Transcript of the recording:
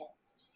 kids